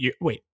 wait